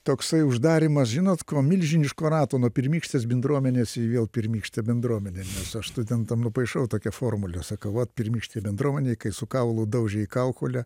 toksai uždarymas žinot ko milžiniško rato nuo pirmykštės bendruomenės į vėl pirmykštę bendruomenę aš studentam nupaišau tokią formulę sakau va pirmykštėj bendruomenėj kai su kaulu daužė į kaukolę